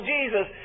Jesus